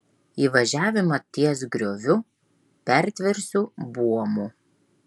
įvažiavimą ties grioviu pertversiu buomu